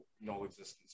no-existence